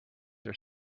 are